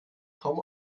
kaum